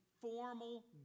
Formal